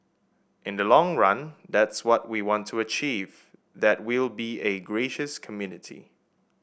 in the long run that's what we want to achieve that we'll be a gracious community